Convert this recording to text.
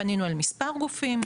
פנינו אל מספר גופים,